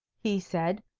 he said,